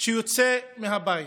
שיוצא מהבית.